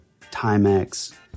Timex